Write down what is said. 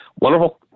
Wonderful